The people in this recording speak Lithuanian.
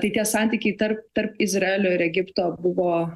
tai tie santykiai tarp tarp izraelio ir egipto buvo